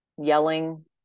yelling